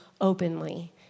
openly